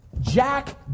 Jack